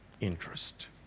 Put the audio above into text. interest